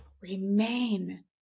remain